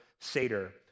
Seder